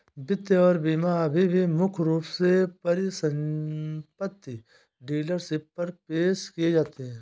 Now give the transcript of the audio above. वित्त और बीमा अभी भी मुख्य रूप से परिसंपत्ति डीलरशिप पर पेश किए जाते हैं